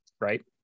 Right